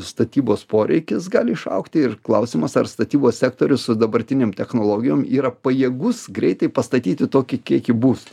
statybos poreikis gali išaugti ir klausimas ar statybos sektorius su dabartinėm technologijom yra pajėgus greitai pastatyti tokį kiekį būstų